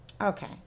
Okay